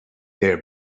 there